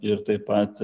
ir taip pat